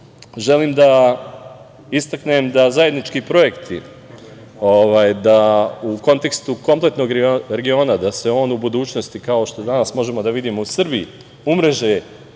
želim da istaknem da zajednički projekti, da u kontekstu kompletnog regiona, da se on u budućnosti, kao što danas možemo da vidimo u Srbiji, umreže